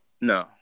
No